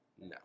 No